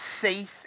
safe